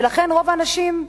ולכן רוב האנשים,